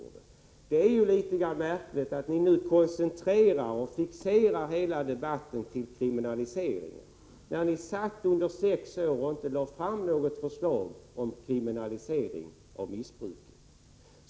Det är litet märkligt att ni i de borgerliga partierna nu koncentrerar och fixerar hela debatten till kriminaliseringen, när ni satt i regeringsställning under sex år och inte lade fram något förslag om kriminalisering av missbruket.